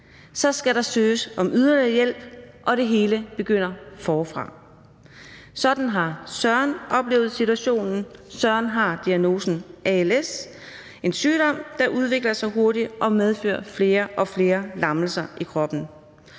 Så skal der søges om yderligere hjælp, og det hele begynder forfra. Sådan har Søren oplevet situationen. Søren har diagnosen als – en sygdom, der udvikler sig hurtigt og medfører flere og flere lammelser i kroppen.